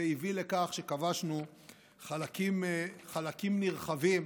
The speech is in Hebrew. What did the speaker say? והביא לכך שכבשנו חלקים נרחבים